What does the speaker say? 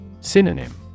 Synonym